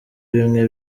bimwe